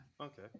Okay